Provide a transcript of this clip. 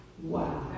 Wow